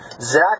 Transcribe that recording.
Zach